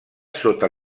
sota